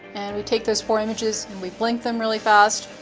and we take those four images, and we blink them really fast,